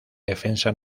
defensa